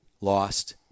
lost